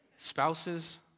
Spouses